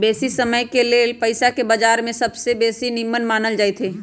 बेशी समयके लेल पइसाके बजार में सबसे बेशी निम्मन मानल जाइत हइ